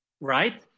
Right